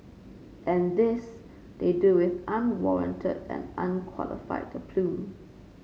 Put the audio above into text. and this they do with unwarranted and unqualified aplomb